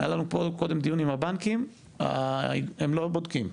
היה לנו פה קודם דיון עם הבנקים, והם לא בודקים.